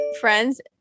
friend's